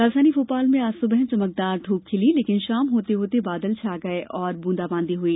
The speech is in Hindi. राजधानी भोपाल में आज सुबह चमकदार ध्रप खिली लेकिन शाम होते होते बादल छा गये और ब्रंदाबांदी हुई